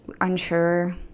unsure